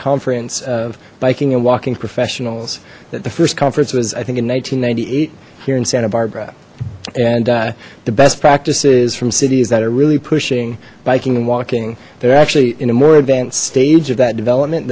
conference of biking and walking professionals that the first conference was i think in one thousand nine hundred and ninety eight here in santa barbara and the best practices from cities that are really pushing biking and walking they're actually in a more advanced stage of that development